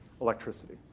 Electricity